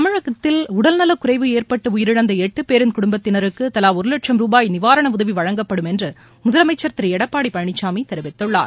தமிழகத்தில் உடல்நலக்குறைவு ஏற்பட்டு உயிரிழந்த எட்டு பேரின் குடும்பத்தினருக்கு தலா ஒரு லட்சம் ருபாய் நிவாரண உதவி வழங்கப்படும் என்று முதலமைச்ச் திரு எடப்பாடி பழனிசாமி தெரிவித்துள்ளார்